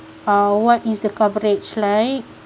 uh what is the coverage like